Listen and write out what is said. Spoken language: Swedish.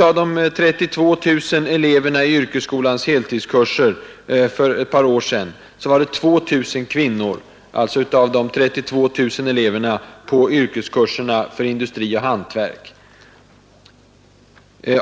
av de 32 000 eleverna i yrkesskolans heltidskurser för industri och hantverk för ett par år sedan var 2 000 flickor.